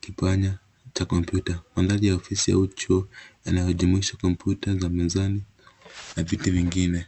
kipanya cha kompyuta. Mandhari ya ofisi au chuo yanayojumuisha kompyuta za mezani , na vitu vingine.